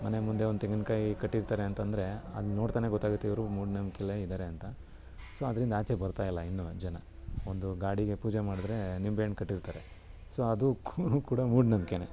ಮನೆ ಮುಂದೆ ಒಂದು ತೆಂಗಿನಕಾಯಿ ಕಟ್ಟಿರ್ತಾರೆ ಅಂತ ಅಂದ್ರೆ ಅದು ನೋಡ್ತಲೇ ಗೊತ್ತಾಗುತ್ತೆ ಇವರು ಮೂಢನಂಬ್ಕೆಲೆ ಇದ್ದಾರೆ ಅಂತ ಸೊ ಅದ್ರಿಂದ ಆಚೆ ಬರ್ತಾಯಿಲ್ಲ ಇನ್ನೂ ಜನ ಒಂದು ಗಾಡಿಗೆ ಪೂಜೆ ಮಾಡಿದ್ರೆ ನಿಂಬೆಹಣ್ಣು ಕಟ್ಟಿರ್ತಾರೆ ಸೊ ಅದು ಕೂಡ ಮೂಢನಂಬ್ಕೆನೆ